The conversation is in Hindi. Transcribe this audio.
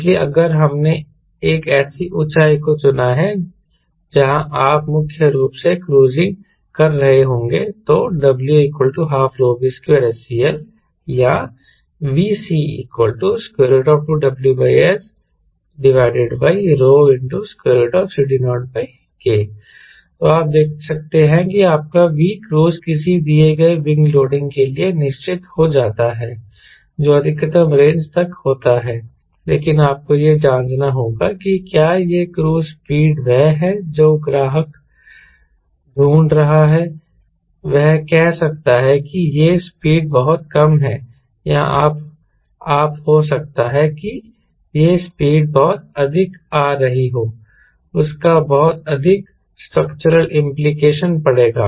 इसलिए अगर हमने एक ऐसी ऊँचाई को चुना है जहाँ आप मुख्य रूप से क्रूज़िंग कर रहे होंगे तो W12V2SCL या VC2WSCD0K तो आप देख सकते हैं कि आपका Vcruise किसी दिए गए विंग लोडिंग के लिए निश्चित हो जाता है जो अधिकतम रेंज तक होता है लेकिन आपको यह जांचना होगा कि क्या यह क्रूज़ स्पीड वह है जो ग्राहक ढूंढ रहा है वह कह सकता है कि यह स्पीड बहुत कम है या आप हो सकता है कि यह स्पीड बहुत अधिक आ रही हो उसका बहुत अधिक स्ट्रक्चरल इंप्लीकेशन पड़ेगा